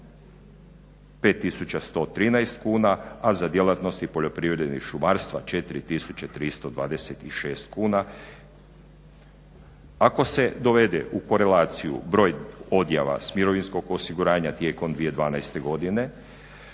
5113 kuna a za djelatnosti poljoprivrednih šumarstva 4326 kuna. Ako se dovede u korelaciju broj odjava sa mirovinskog osiguranja tijekom 2012. godine